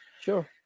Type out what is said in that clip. sure